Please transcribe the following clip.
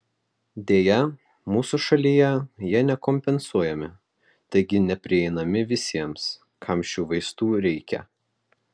deja mūsų šalyje jie nekompensuojami taigi neprieinami visiems kam šių vaistų reikia